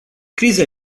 criza